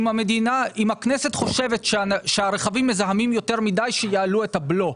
אם הכנסת חושבת שהרכבים מזהמים יותר מדיי שיעלו את הבלו.